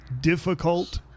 difficult